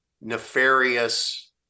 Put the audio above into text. nefarious